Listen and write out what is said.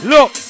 Look